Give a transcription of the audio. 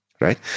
right